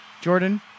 Jordan